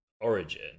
origin